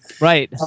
Right